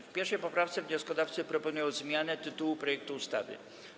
W 1. poprawce wnioskodawcy proponują zmianę tytułu projektu ustawy.